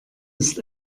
ist